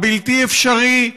הבלתי-אפשרי,